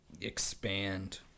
expand